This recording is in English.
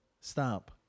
Stop